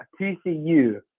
TCU